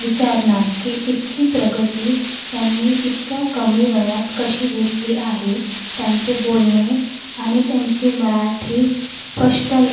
विचारणार की इतकी प्रगती त्यांनी इतक्या कमी वयात कशी घेतली आहे त्यांचे बोलणे आणि त्यांची मराठी स्पष्ट ल्